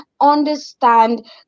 understand